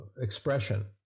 expression